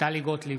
טלי גוטליב,